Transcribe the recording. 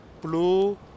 blue